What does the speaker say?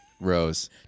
rose